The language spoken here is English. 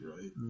right